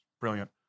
brilliant